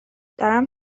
دارم